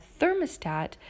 thermostat